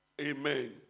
Amen